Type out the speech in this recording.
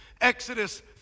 Exodus